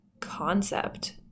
Concept